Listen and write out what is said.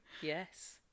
yes